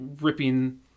ripping